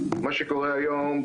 מה שקורה היום,